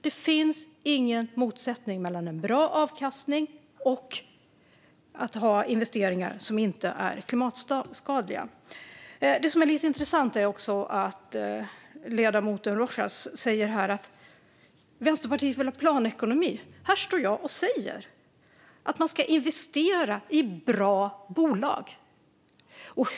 Det finns ingen motsättning mellan en bra avkastning och att göra investeringar som inte är klimatskadliga. Lite intressant är också att ledamoten Rojas säger att Vänsterpartiet vill ha planekonomi. Här står jag och säger att man ska investera i bra bolag.